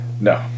No